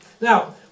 now